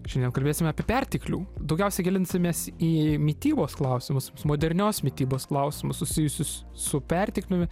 šiandien kalbėsime apie perteklių daugiausia gilinsimės į mitybos klausimus modernios mitybos klausimus susijusius su pertekliumi